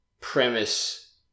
premise